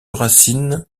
racines